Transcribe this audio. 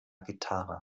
gitarre